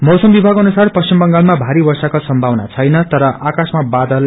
मौसम विभाग अनुसार पश्चिम बंगालमा भारी वर्षाको सम्भावना छैन तर आकाशमा बादल छाइरहनेछ